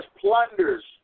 plunders